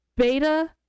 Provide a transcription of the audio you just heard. Beta